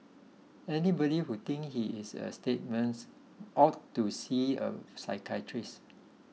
anybody who thinks he is a statesman ought to see a psychiatrist